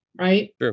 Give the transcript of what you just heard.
Right